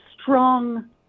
strong